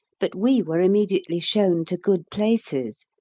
but we were immediately shown to good places.